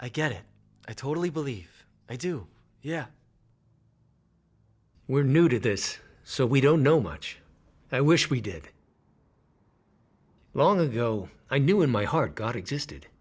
i get it i totally believe i do yeah we're new to this so we don't know much i wish we did long ago i knew in my heart god existed